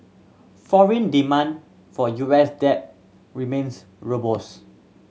foreign demand for U S debt remains robust